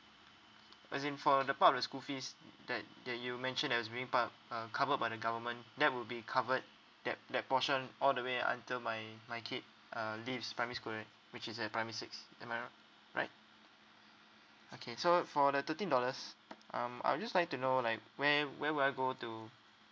as in for the part of the school fees that that you mentioned as being part uh covered by the government that will be covered that that portion all the way until my my kid uh leaves primary school right which is at primary six am I ri~ right okay so for the thirteen dollars um I'll just like to know like where where will I go to